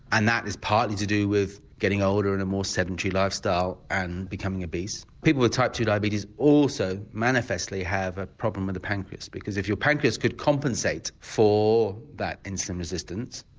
and that is partly to do with getting older and a more sedentary lifestyle and becoming obese. people with type two diabetes also manifestly have a problem with the pancreas because if your pancreas could compensate for that insulin resistance,